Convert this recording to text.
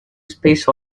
space